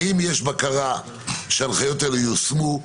האם יש בקרה שההנחיות האלה יושמו?